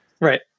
Right